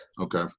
Okay